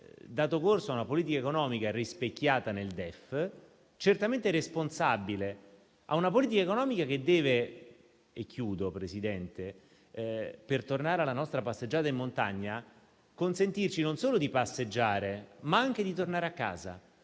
dato corso a una politica economica rispecchiata in un DEF certamente responsabile; una politica economica che, per tornare alla nostra passeggiata in montagna, deve consentirci non solo di passeggiare, ma anche di tornare a casa